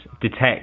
detect